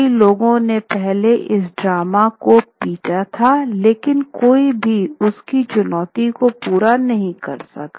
कई लोगों ने पहले इस ड्रम को पीटा था लेकिन कोई भी उसकी चुनौती को पूरा नहीं कर सका